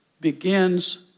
begins